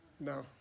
No